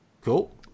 Cool